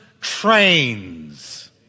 trains